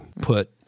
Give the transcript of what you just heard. put